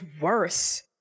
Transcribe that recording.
worse